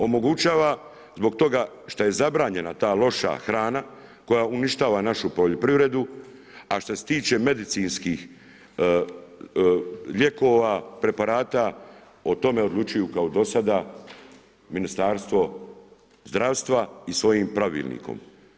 Omogućava zbog toga što je zabranjena ta loša hrana koja uništava našu poljoprivredu a šta se tiče medicinskih lijekova, preparata, o tome odlučuju kao i dosada, Ministarstvo zdravstva i svojim pravilnikom.